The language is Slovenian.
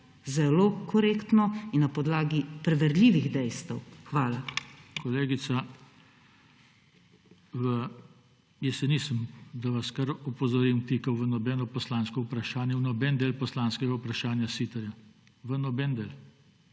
zelo korektno in na podlagi preverljivih dejstev. Hvala. PODPREDSEDNIK JOŽE TANKO: Kolegica, jaz se nisem, da vas kar opozorim, vtikal v nobeno poslansko vprašanje, v noben del poslanskega vprašanja Siterja. V noben del.